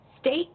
state